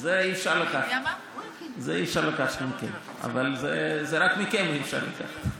את זה אי-אפשר לקחת מכם, אבל רק מכם אי-אפשר לקחת,